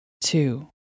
two